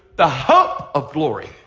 the hope of glory.